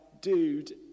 dude